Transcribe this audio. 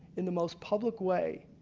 in the most public way.